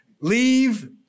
leave